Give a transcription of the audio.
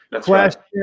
Question